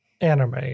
anime